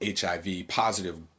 HIV-positive